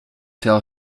tell